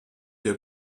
der